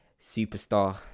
superstar